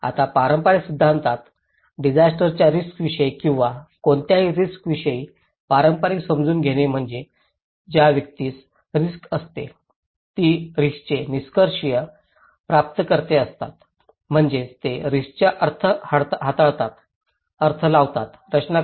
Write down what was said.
आता पारंपारिक सिद्धांतात डिसास्टरच्या रिस्कविषयी किंवा कोणत्याही रिस्कविषयी पारंपारिक समजून घेणे म्हणजे ज्या व्यक्तीस रिस्क असते ती रिस्कचे निष्क्रीय प्राप्तकर्ते असतात म्हणजेच ते रिस्कचा अर्थ हाताळतात अर्थ लावतात रचना करतात